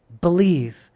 Believe